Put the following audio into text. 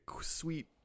sweet